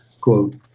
quote